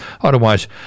otherwise